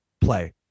play